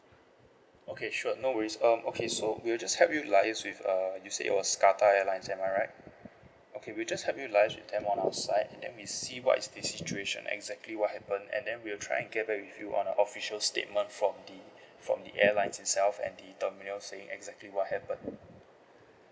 okay sure no worries um okay so we'll just help you liaise with um you said it was qatar airlines am I right okay we'll just help you liaise with them on our side and then we see what is the situation exactly what happened and then we'll try and get back with you on a official statement from the from the airlines itself and the terminal saying exactly what happened